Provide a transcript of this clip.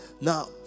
Now